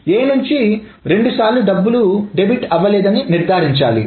A నుంచి రెండుసార్లు డబ్బులు డెబిట్ అవ్వలేదని నిర్ధారించాలి